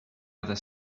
other